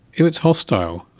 if it's hostile,